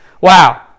Wow